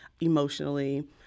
emotionally